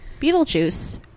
Beetlejuice